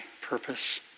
purpose